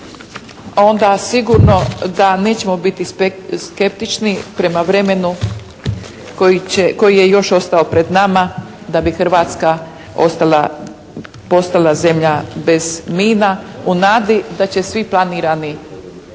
onda sigurno da nećemo biti skeptični prema vremenu koje je još ostalo pred nama da bi Hrvatska postala zemlja bez mina u nadi da će svi planirani